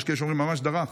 יש כאלה שאומרים שממש דרך,